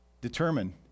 Determine